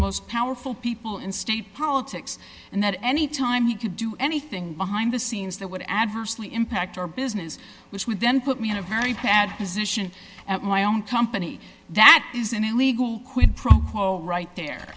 most powerful people in state politics and that any time he to do anything behind the scenes that would adversely impact our business which would then put me in a very bad position at my own company that is an illegal quid pro quo right there